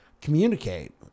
communicate